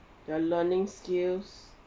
their learning skills